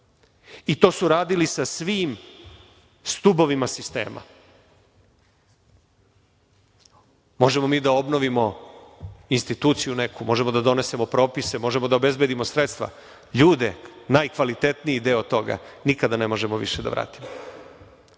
i to su radili sa svim stubovima sistema. Možemo mi da obnovimo instituciju neku, možemo da donesemo propise, možemo da obezbedimo sredstva, ljude, najkvalitetniji deo toga nikada više ne možemo da vratimo.